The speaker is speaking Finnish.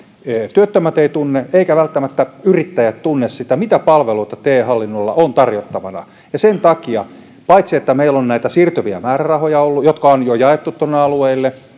työttömät eivät tunne eivätkä välttämättä yrittäjät tunne mitä palveluita te hallinnolla on tarjottavana sen takia paitsi että meillä on näitä siirtyviä määrärahoja ollut jotka on jo jaettu tuonne alueille